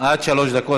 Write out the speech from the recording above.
עד שלוש דקות,